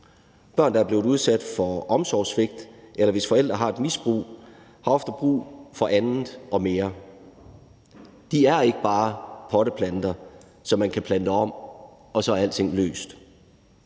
Børn, der er blevet udsat for omsorgssvigt, eller hvis forældre har et misbrug, har ofte brug for andet og mere. De er ikke bare potteplanter, som man kan plante om, og så er alting løst.